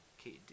Okay